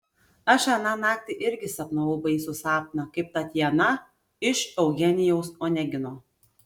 aš aną naktį irgi sapnavau baisų sapną kaip tatjana iš eugenijaus onegino